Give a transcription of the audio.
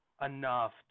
enough